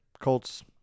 Colts